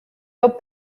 dos